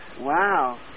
Wow